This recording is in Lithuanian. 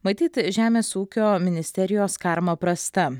matyt žemės ūkio ministerijos karma prasta